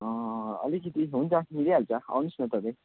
अँ अलिकति हुन्छ मिलिहाल्छ आउनुहोस् न तपाईँ